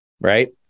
right